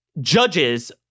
judges